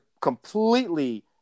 Completely